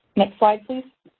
next slide. so,